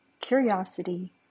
curiosity